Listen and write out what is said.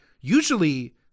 usually